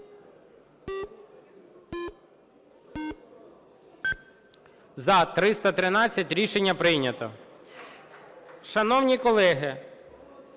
За-313 Рішення прийнято. Шановні колеги,